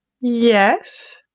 Yes